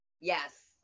Yes